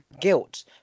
guilt